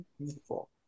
beautiful